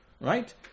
right